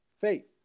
Faith